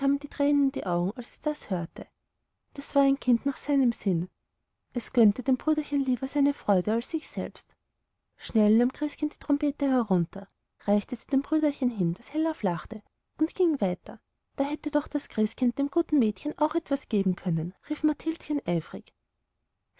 die tränen in die augen als es das hörte das war ein kind nach seinem sinn es gönnte dem brüderchen lieber eine freude als sich selbst schnell nahm christkind die trompete herunter reichte sie dem brüderchen hin das hellauf lachte und ging weiter da hätte doch das christkind dem guten mädchen auch etwas geben können rief